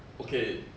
okay